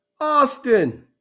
Austin